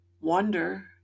wonder